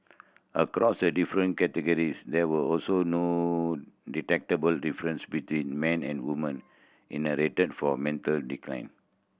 across the different categories there were also no detectable difference between men and woman in the rate for a mental decline